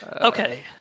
Okay